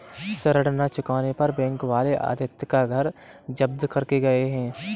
ऋण ना चुकाने पर बैंक वाले आदित्य का घर जब्त करके गए हैं